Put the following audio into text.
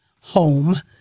home